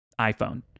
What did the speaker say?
iPhone